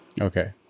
okay